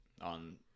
on